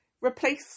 replace